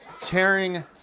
tearing